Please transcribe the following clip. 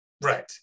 right